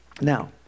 now